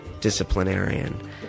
disciplinarian